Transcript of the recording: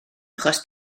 achos